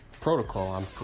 protocol